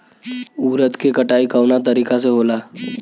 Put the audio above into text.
उरद के कटाई कवना तरीका से होला?